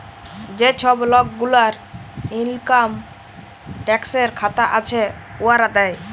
যে ছব লক গুলার ইলকাম ট্যাক্সের খাতা আছে, উয়ারা দেয়